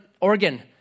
Oregon